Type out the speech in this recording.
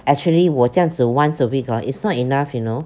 actually 我这样子 once a week hor it's not enough you know